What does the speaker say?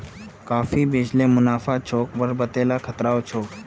काफी बेच ल मुनाफा छोक पर वतेला खतराओ छोक